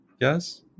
Yes